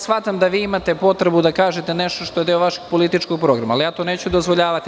Shvatam da imate potrebu da kažete nešto što je deo vašeg političkog programa, ali ja to neću dozvoljavati.